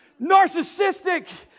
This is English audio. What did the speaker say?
narcissistic